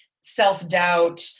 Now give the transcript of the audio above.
self-doubt